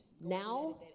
now